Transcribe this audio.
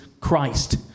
Christ